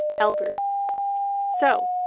albert so,